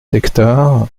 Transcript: hectares